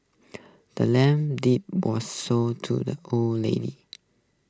the land's deed was sold to the old lady